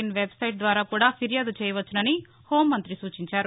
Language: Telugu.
ఇస్ వెబ్సైట్ ద్వారా కూడా ఫిర్యాదు చేయవచ్చని హోంమం్తి సూచించారు